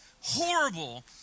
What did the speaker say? horrible